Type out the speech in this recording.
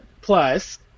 Plus